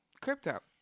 crypto